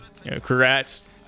congrats